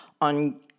on